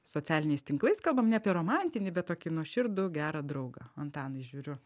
socialiniais tinklais kalbam ne apie romantinį bet tokį nuoširdų gerą draugą antanai žiūriu